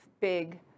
big